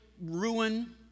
ruin